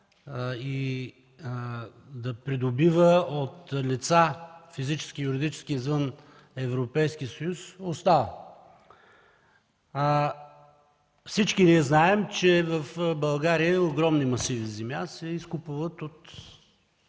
и придобива от физически и юридически лица извън Европейския съюз остана. Всички ние знаем, че в България огромни масиви земя се изкупуват от